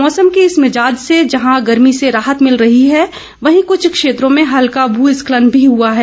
मौसम के इस मिजाज़ से जहां गर्मी से राहत मिल रही है वहीं कुछ क्षेत्रों में हल्का भूस्खलन भी हुआ है